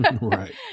Right